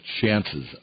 chances